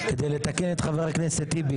מי בעד הצעת היושב-ראש?